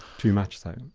too much so.